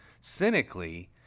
cynically